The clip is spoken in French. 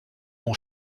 mon